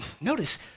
Notice